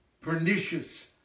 pernicious